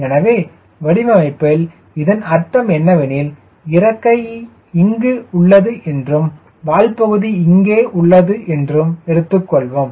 எனவே வடிவமைப்பில் இதன் அர்த்தம் என்னவெனில் இறக்கை இங்கு உள்ளது என்றும் வால்பகுதி இங்கே உள்ளது என்றும் எடுத்துக் கொள்வோம்